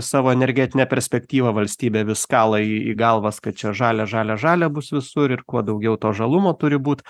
savo energetinę perspektyvą valstybė vis kala į galvas kad čia žalia žalia žalia bus visur ir kuo daugiau to žalumo turi būt